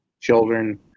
children